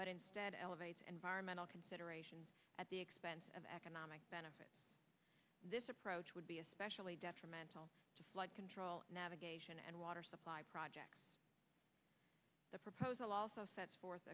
but instead elevates environmentalists consideration at the expense of economic benefit this approach would be especially detrimental to flood control navigation and water supply project the proposal also sets forth